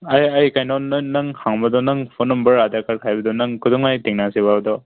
ꯑꯩ ꯀꯩꯅꯣ ꯅꯪ ꯍꯪꯕꯗꯣ ꯅꯪ ꯐꯣꯟ ꯅꯝꯕꯔ ꯑꯗꯥꯔ ꯀꯥꯔꯗ ꯍꯥꯏꯕꯗꯣ ꯅꯪ ꯀꯩꯗꯧꯉꯩ ꯊꯦꯡꯅꯁꯦꯕ ꯑꯗꯣ